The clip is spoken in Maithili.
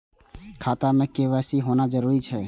खाता में के.वाई.सी होना जरूरी छै?